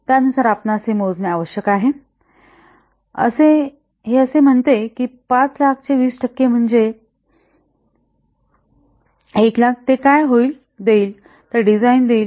त्यानुसार आपणास हे मोजणे आवश्यक आहे हे असे म्हणते की 500000 चे 20 टक्के म्हणजे 100000 ते काय देईल ते डिझाईनला देईल